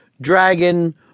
dragon